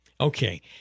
Okay